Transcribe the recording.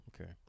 okay